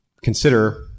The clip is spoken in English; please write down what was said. consider